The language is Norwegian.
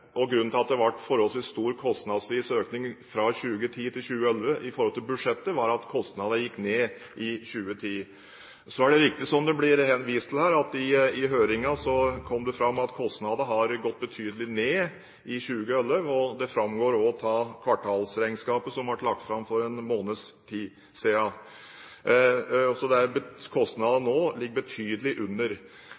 2010. Grunnen til at det ble forholdsvis stor kostnadsvis økning fra 2010 til 2011 i forhold til budsjettet, var at kostnadene gikk ned i 2010. Så er det riktig som det ble vist til her, at i høringen kom det fram at kostnadene har gått betydelig ned i 2011. Det framgår også av kvartalsregnskapet som ble lagt fram for en måneds tid siden. Så kostnadene